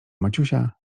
maciusia